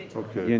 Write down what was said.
okay. and